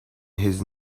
his